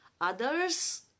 others